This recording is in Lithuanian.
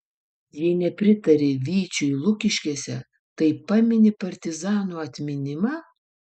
jei nepritari vyčiui lukiškėse tai pamini partizanų atminimą